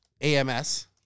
AMS